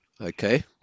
Okay